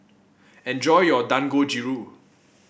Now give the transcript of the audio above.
enjoy your Dangojiru